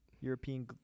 European